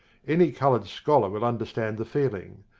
any coloured scholar will understand the feeling.